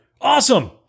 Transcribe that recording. Awesome